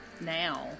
now